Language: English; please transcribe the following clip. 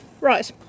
Right